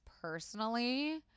personally